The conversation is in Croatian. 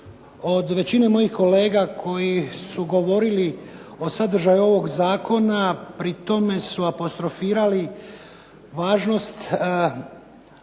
od većine mojih kolega koji su govorili o sadržaju ovog zakona pri tome su apostrofirali važnost